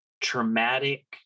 traumatic